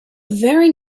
very